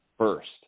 first